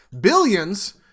billions